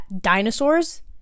dinosaurs